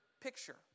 picture